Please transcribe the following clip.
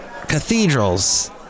Cathedrals